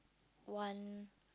one